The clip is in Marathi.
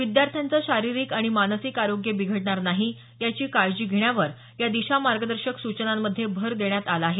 विद्यार्थ्यांचं शारिरीक आणि मानसिक आरोग्य बिघडणार नाही याची काळजी घेण्यावर या दिशा मार्गदर्शक सूचनांमध्ये भर देण्यात आला आहे